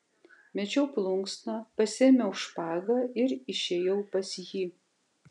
mečiau plunksną pasiėmiau špagą ir išėjau pas jį